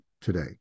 today